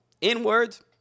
inwards